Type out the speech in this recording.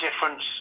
difference